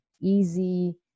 easy